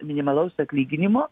minimalaus atlyginimo